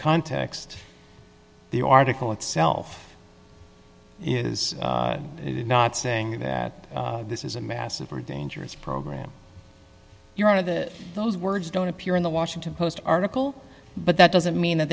context the article itself is it not saying that this is a massive or dangerous program you're one of the those words don't appear in the washington post article but that doesn't mean that